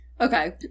Okay